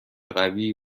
قوی